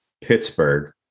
Pittsburgh